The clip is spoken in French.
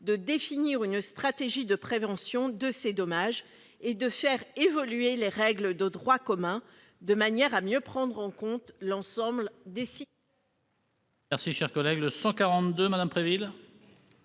de définir une stratégie de prévention de ces dommages et de faire évoluer les règles de droit commun de manière à mieux prendre en compte l'ensemble des sites.